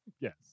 yes